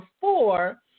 four